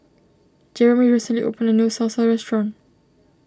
Jerimy recently opened a new Salsa restaurant